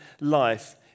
life